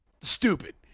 stupid